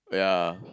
yeah